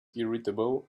irritable